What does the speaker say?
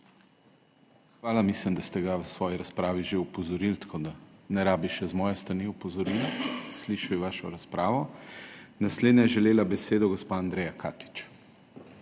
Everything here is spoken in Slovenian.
Hvala. Mislim, da ste ga v svoji razpravi že opozorili, tako da ne rabi še z moje strani opozorila. Slišal je vašo razpravo. Naslednja je želela besedo gospa Andreja Katič.